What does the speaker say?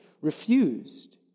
refused